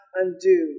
undo